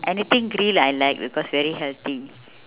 anything grill I like because very healthy